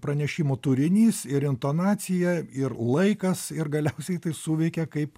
pranešimų turinys ir intonacija ir laikas ir galiausiai tai suveikia kaip